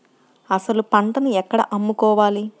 అసలు పంటను ఎక్కడ అమ్ముకోవాలి?